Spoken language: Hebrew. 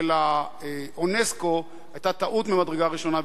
של אונסק"ו היה טעות ממדרגה ראשונה.